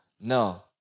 No